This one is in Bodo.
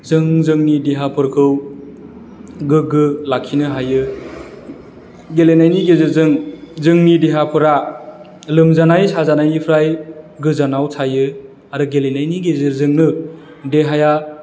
जों जोंनि देहाफोरखौ गोग्गो लाखिनो हायो गेलेनायनि गेजेरजों जोंनि देहाफोरा लोमजानाय साजानायनिफ्राय गोजानाव थायो आरो गेलेनायनि गेजेरजोंनो देहाया